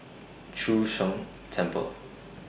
Chu Sheng Temple